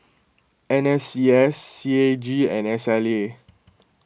N S C S C A G and S L A